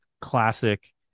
classic